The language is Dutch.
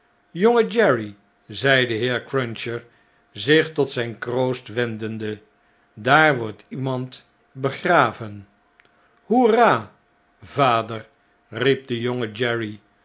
jonge jerry zei de heer cruncher zich tot zjjn kroost wendende daar wordt iemand begraven hoera vader riep de